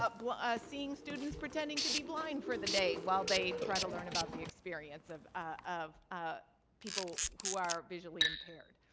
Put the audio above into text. ah ah seeing students pretending to be blind for the day while they try to learn about the experience of of ah people who are visually impaired.